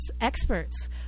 experts